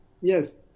Yes